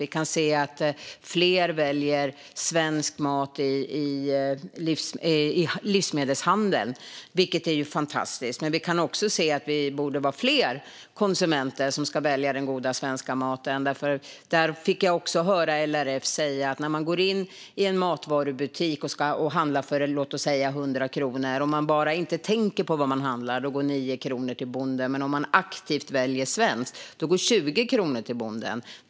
Vi kan se att fler väljer svensk mat i livsmedelshandeln, vilket är fantastiskt. Men vi kan också se att vi borde vara fler konsumenter som väljer den goda svenska maten. Jag fick höra LRF säga att det är så här: Låt oss säga att man går in i en matvarubutik och handlar för 100 kronor. Om man inte tänker på vad man handlar går 9 kronor till bonden. Men om man aktivt väljer svenskt går 20 kronor till bonden.